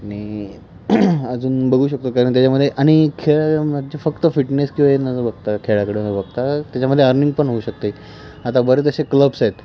आणि अजून बघू शकतो कारण त्याच्यामध्ये आणि खेळ म्हणजे फक्त फिटनेस किंवा बघता खेळाकडं न बघता त्याच्यामध्ये अर्निंग पण होऊ शकते आता बरेच असे क्लब्स आहेत